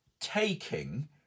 taking